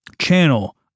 channel